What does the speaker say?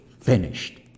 finished